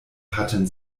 hatten